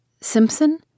Simpson